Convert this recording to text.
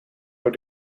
door